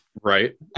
Right